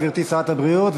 גברתי שרת הבריאות,